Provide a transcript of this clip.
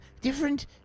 different